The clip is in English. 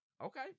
okay